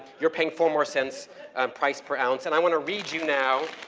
you're paying four more cents price per ounce, and i want to read you now,